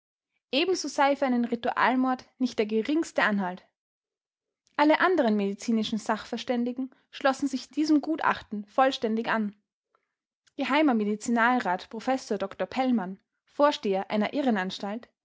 ebenso sei für einen ritualmord nicht der geringste anhalt alle anderen medizinischen sachverständigen schlossen sich diesem gutachten vollständig an geh medizinalrat prof dr pellmann vorsteher einer irrenanstalt